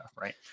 right